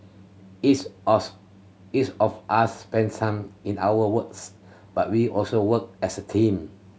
each us each of us spends time in our wards but we also work as a team